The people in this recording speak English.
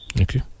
Okay